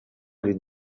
les